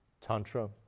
tantra